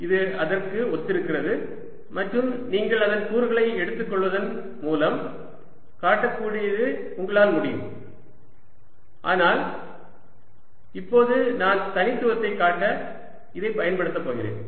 இது அதற்கு ஒத்திருக்கிறது மற்றும் நீங்கள் அதன் கூறுகளை எடுத்துக்கொள்வதன் மூலம் காட்ட உங்களால் முடியும் ஆனால் இப்போது நான் தனித்துவத்தைக் காட்ட இதைப் பயன்படுத்தப் போகிறேன்